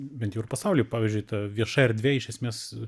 bent jau ir pasauly pavyzdžiui ta vieša erdvė iš esmės